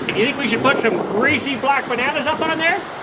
and you think we should put some greasy black bananas up on there?